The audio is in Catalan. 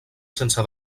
sense